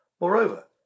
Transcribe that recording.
Moreover